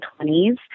20s